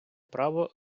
право